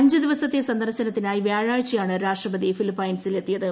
അഞ്ചു ദിവസത്തെ സന്ദർശനത്തിനായി വ്യാഴാഴ്ചയാണ് രാഷ്ട്രപതി ഫിലിപ്പെയിൻസിൽ എത്തിയത്